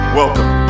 welcome